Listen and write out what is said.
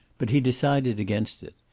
but he decided against it.